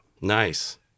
nice